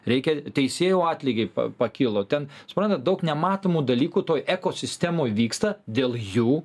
reikia teisėjų atlygiai pakilo ten suprantat daug nematomų dalykų toj ekosistemoj vyksta dėl jų